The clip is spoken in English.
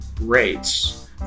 rates